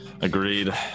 agreed